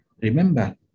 Remember